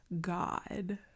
God